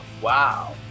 Wow